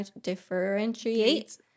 differentiate